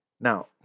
Now